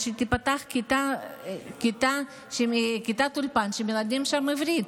שתיפתח כיתת אולפן שמלמדים שם עברית.